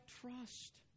trust